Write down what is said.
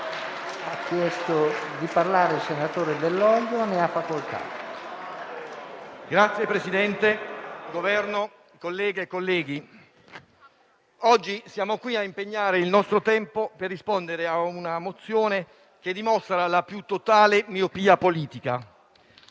Signor Presidente, Governo, colleghe e colleghi, oggi siamo qui a impegnare il nostro tempo per discutere di una mozione che dimostra la più totale miopia politica.